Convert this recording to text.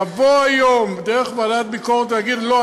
לבוא היום דרך ועדת ביקורת ולהגיד: לא,